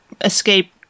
escape